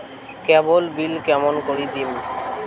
কেবল bill কেমন করি দিম?